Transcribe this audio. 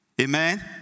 Amen